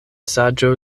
saĝo